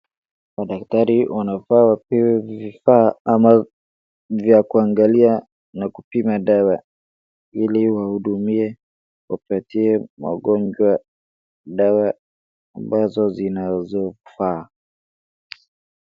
Madaktari wanafaa wapewe vifaa vya kuangalia na kupima dawa ili wahudumie na wapatie wagonjwa dawa ambazo zinafaa.